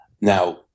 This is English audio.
Now